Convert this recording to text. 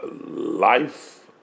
life